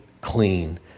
clean